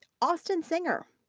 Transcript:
austin singer.